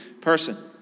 person